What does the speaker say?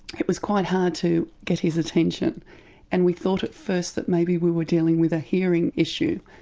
it was quite hard to get his attention and we thought at first that maybe we were dealing with a hearing issue,